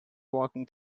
walking